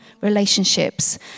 relationships